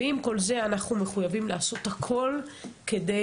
אבל אנחנו עדיין מחויבים לעשות הכול כדי